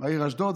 בעיר אשדוד.